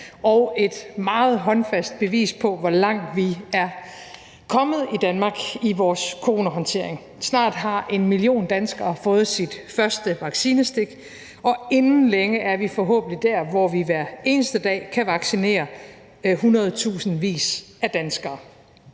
og et meget håndfast bevis på, hvor langt vi er kommet i Danmark i vores coronahåndtering. Snart har 1 million danskere fået deres første vaccinestik, og inden længe er vi forhåbentlig der, hvor vi hver eneste dag kan vaccinere hundredtusindvis af danskere.